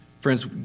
Friends